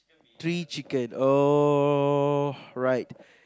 three chicken oh right